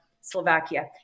Slovakia